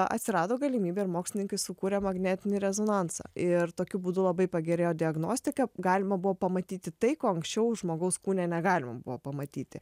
atsirado galimybė ir mokslininkai sukūrė magnetinį rezonansą ir tokiu būdu labai pagerėjo diagnostika galima buvo pamatyti tai ko anksčiau žmogaus kūne negalima buvo pamatyti